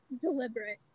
deliberate